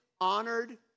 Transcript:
honored